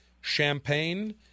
Champagne